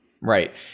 right